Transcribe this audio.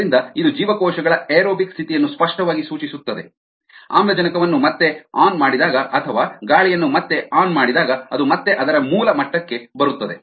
ಆದ್ದರಿಂದ ಇದು ಜೀವಕೋಶಗಳ ಏರೋಬಿಕ್ ಸ್ಥಿತಿಯನ್ನು ಸ್ಪಷ್ಟವಾಗಿ ಸೂಚಿಸುತ್ತದೆ ಆಮ್ಲಜನಕವನ್ನು ಮತ್ತೆ ಆನ್ ಮಾಡಿದಾಗ ಅಥವಾ ಗಾಳಿಯನ್ನು ಮತ್ತೆ ಆನ್ ಮಾಡಿದಾಗ ಅದು ಮತ್ತೆ ಅದರ ಮೂಲ ಮಟ್ಟಕ್ಕೆ ಬರುತ್ತದೆ